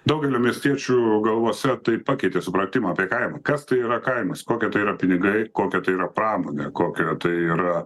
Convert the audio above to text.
daugelio miestiečių galvose tai pakeitė supratimą apie kaimą kas tai yra kaimas kokie tai yra pinigai kokia tai yra pramonė kokio tai yra